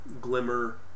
Glimmer